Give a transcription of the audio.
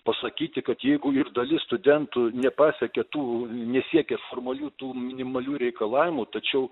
pasakyti kad jeigu ir dalis studentų nepasiekia tų nesiekia formalių tų minimalių reikalavimų tačiau